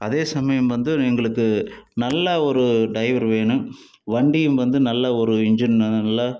அதே சமயம் வந்து எங்களுக்கு நல்ல ஒரு டிரைவர் வேணும் வண்டியும் வந்து நல்ல ஒரு இன்ஜின்லாம் நல்லா